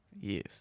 Yes